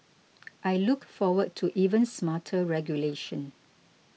I look forward to even smarter regulation